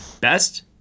Best